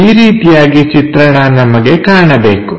ಈ ರೀತಿಯಾಗಿ ಚಿತ್ರಣ ನಮಗೆ ಕಾಣಬೇಕು